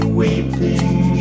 weeping